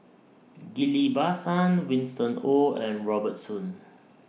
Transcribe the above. Ghillie BaSan Winston Oh and Robert Soon